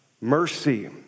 mercy